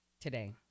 today